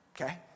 Okay